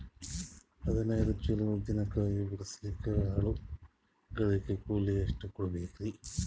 ಹದಿನೈದು ಚೀಲ ಉದ್ದಿನ ಕಾಯಿ ಬಿಡಸಲಿಕ ಆಳು ಗಳಿಗೆ ಕೂಲಿ ಎಷ್ಟು ಕೂಡಬೆಕರೀ?